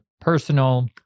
personal